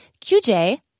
qj